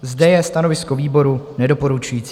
Zde je stanovisko výboru nedoporučující.